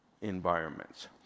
environments